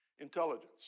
Intelligence